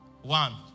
one